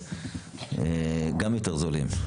גם יותר זולים.